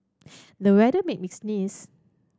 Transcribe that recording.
the weather made me sneeze